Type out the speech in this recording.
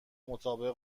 مطابق